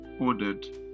ordered